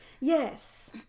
Yes